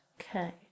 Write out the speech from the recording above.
Okay